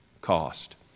cost